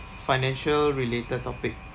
financial related topic